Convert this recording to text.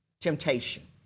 temptation